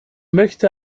möchte